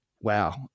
wow